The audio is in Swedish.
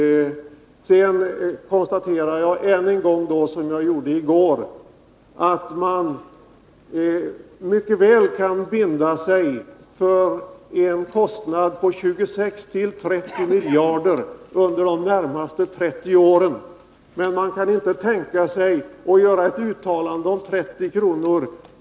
Vidare konstaterar jag än en gång, som jag gjorde i går, att man mycket väl kan binda sig för en kostnad på 26-30 miljarder under de närmaste 30 åren, men man kan inte tänka sig att göra ett uttalande om en höjning på sikt till 30 kr.